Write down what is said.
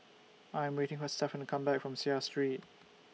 I Am waiting For Stephon to Come Back from Seah Street